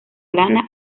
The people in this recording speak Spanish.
lana